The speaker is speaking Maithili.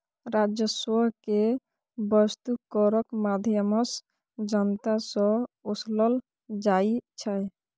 राजस्व केँ बस्तु करक माध्यमसँ जनता सँ ओसलल जाइ छै